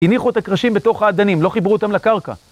הניחו את הקרשים בתוך האדנים, לא חיברו אותם לקרקע.